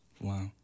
Wow